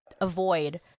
avoid